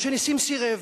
משה נסים סירב.